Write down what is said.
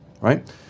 right